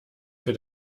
für